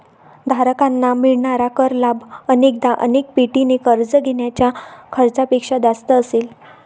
धारकांना मिळणारा कर लाभ अनेकदा अनेक पटीने कर्ज घेण्याच्या खर्चापेक्षा जास्त असेल